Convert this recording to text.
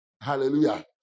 Hallelujah